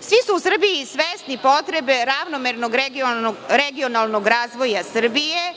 Svi su u Srbiji svesni potrebe ravnomernog regionalnog razvoja Srbije